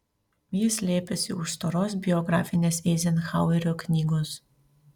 ji slėpėsi už storos biografinės eizenhauerio knygos